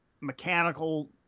mechanical